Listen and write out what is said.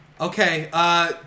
Okay